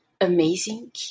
amazing